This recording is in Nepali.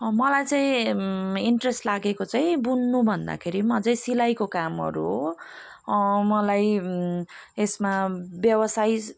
मलाई चाहिँ इन्टरेस्ट लागेको चाहिँ बुन्नुभन्दाखेरि पनि अझै सिलाइको कामहरू हो मलाई यसमा व्यवसायिक